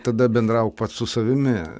tada bendrauk pats su savimi